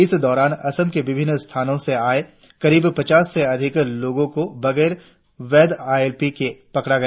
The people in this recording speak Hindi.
इस दौरान असम के विभिन्न स्थानो से आये करीब पचास से भी अधिक लोगो को बगैर वैध आईएलपी के पकड़ा गया